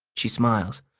she smiles,